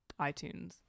iTunes